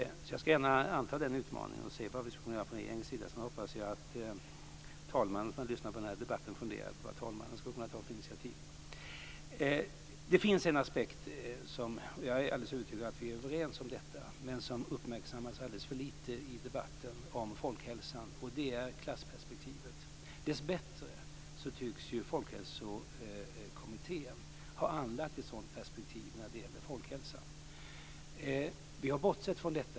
Jag ska gärna anta den utmaningen och se vad vi från regeringen skulle kunna göra. Sedan hoppas jag att den talman som lyssnar till den här debatten funderar över vilka initiativ som talmannen skulle kunna ta. Det finns en aspekt som uppmärksammas alldeles för lite i debatten om folkhälsan - och jag är alldeles övertygad om att vi är överens om detta - och det är klassperspektivet. Dessbättre tycks Folkhälsokommittén ha anlagt ett sådant perspektiv när det gäller folkhälsa. Vi har bortsett från detta.